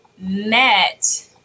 met